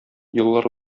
еллар